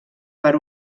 per